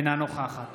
אינה נוכחת